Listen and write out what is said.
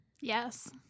yes